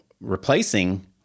Replacing